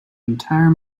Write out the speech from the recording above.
entire